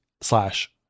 slash